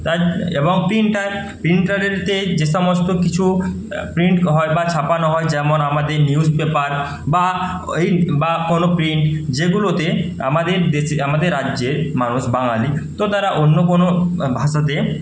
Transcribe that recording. তার এবং প্রিন্টার প্রিন্টারের যে যে সমস্ত কিছু প্রিন্ট হয় বা ছাপানো হয় যেমন আমাদের নিউজ পেপার বা এই বা কোনও প্রিন্ট যেগুলোতে আমাদের দেশি আমাদের রাজ্যের মানুষ বাঙালি তো তারা অন্য কোনও ভাষাতে